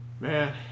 Man